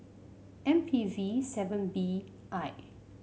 M P V seven B I